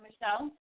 Michelle